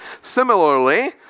Similarly